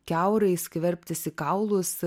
kiaurai skverbtis į kaulus